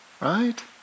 right